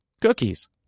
cookies